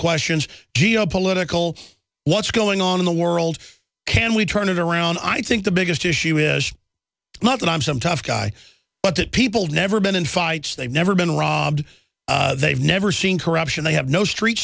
questions geo political what's going on in the world can we turn it around i think the biggest issue is not that i'm some tough guy but that people never been in fights they've never been wrong they've never seen corruption they have no street